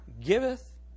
Giveth